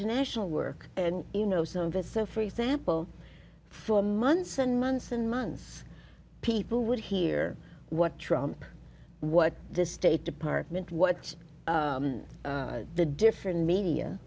international work and you know some of it so for example for months and months and months people would hear what trump what the state department what the different media